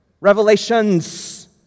revelations